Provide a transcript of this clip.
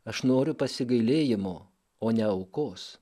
aš noriu pasigailėjimo o ne aukos